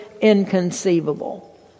inconceivable